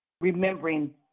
remembering